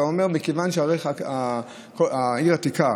אתה אומר: מכיוון שהעיר העתיקה